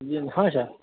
हँ सर